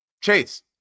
Chase